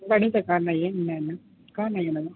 न अहिड़ी त कोन्ह आहियूं आहिनि न न कोन्ह आहियूं आहिनि अञा